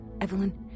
Evelyn